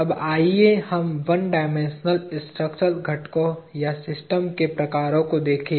अब आइए हम 1 डायमेंशनल स्ट्रक्चरल घटकों या सिस्टम्स के प्रकारों को देखें